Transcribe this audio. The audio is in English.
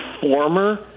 former